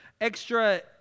extra